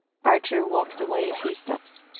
archer walked away a few steps,